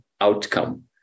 outcome